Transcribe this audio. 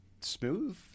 Smooth